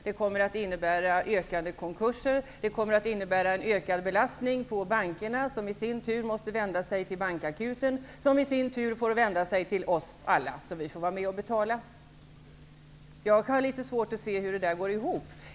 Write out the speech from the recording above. Det kommer att innebära ökade konkurser och en ökad belastning på bankerna, som i sin tur måste vända sig till bankakuten, som i sin tur får vända sig till alla oss som får vara med och betala. Jag har litet svårt att se hur detta går ihop.